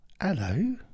Hello